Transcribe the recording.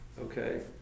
okay